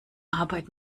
arbeit